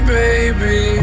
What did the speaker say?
baby